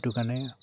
সেইটো কাৰণে